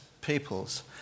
peoples